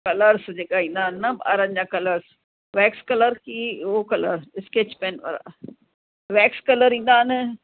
colours जेका ईंदा आहिनि न ॿारनि जा कलर्स वैक्स कलर की हो कलर स्केच पेन वारा वैक्स कलर ईंदा आहिनि